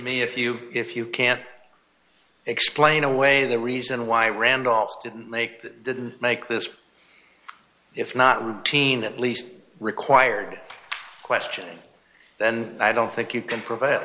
me if you if you can't explain away the reason why randolph didn't make the make this if not routine at least required question then i don't think you can prev